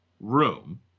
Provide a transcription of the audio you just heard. room